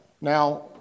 Now